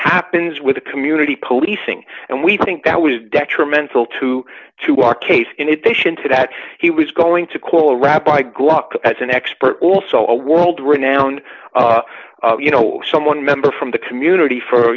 happens with the community policing and we think that was detrimental to to our case in addition to that he was going to call a rabbi gluck as an expert also a world renowned you know someone member from the community for